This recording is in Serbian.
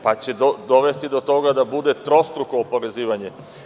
Pa, će dovesti do toga da bude trostruko oporezivanje?